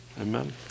Amen